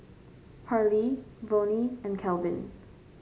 Pairlee Vonnie and Kelvin